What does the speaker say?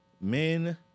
Men